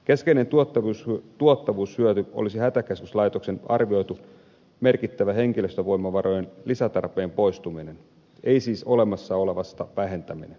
keskeinen tuottavuushyöty olisi hätäkeskuslaitoksen arvioidun merkittävän henkilöstövoimavarojen lisätarpeen poistuminen ei siis olemassa olevasta vähentäminen